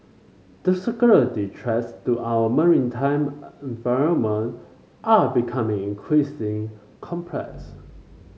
the security threats to our maritime environment are becoming increasingly complex